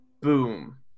Boom